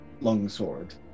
longsword